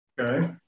okay